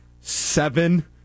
seven